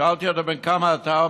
שאלתי אותו: בן כמה אתה?